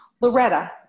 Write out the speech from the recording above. Loretta